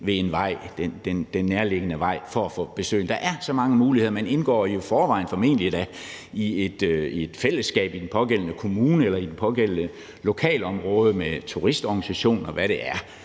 ved den nærliggende vej for at få besøgende. Der er så mange muligheder. Man indgår jo i forvejen – formentlig da – i et fællesskab i den pågældende kommune eller i det pågældende lokalområde med turistorganisationer, og hvad der er.